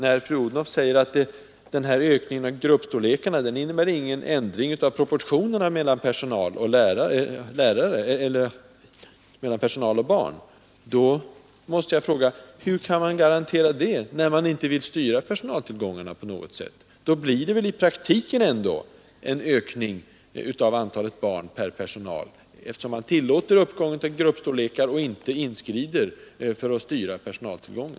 Fru Odhnoff säger att ökningen av gruppstorlekarna inte innebär någon ändring av proportionerna mellan personal och barn. Då måste jag fråga: Hur kan man garantera det, när man inte vill styra personaltillgångarna på något sätt? Det blir väl ändå i praktiken en ökning av antalet barn per anställd, eftersom man tillåter en ökning av gruppstorlekarna och inte inskrider för att styra personaltillgången.